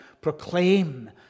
proclaim